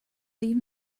leave